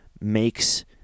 makes